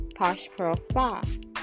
poshpearlspa